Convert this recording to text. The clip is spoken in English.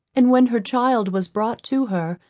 and when her child was brought to her,